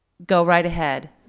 go right ahead,